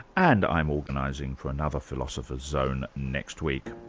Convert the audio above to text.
and i'm organising for another philosopher's zone next week.